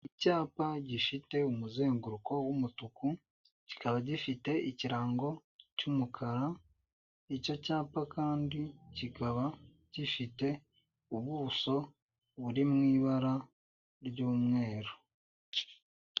Icyapa gifite umuzenguruko w'umutuku, kikaba gifite ikirango cy'umukara, icyo cyapa kandi kikabagifite ubuso buri mu ibara ry'umweru.